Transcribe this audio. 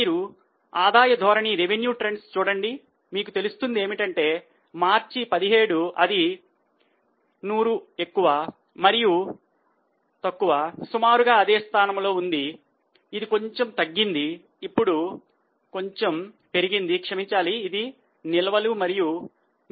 మీరు ఆదాయము ధోరణి